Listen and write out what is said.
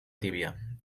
tíbia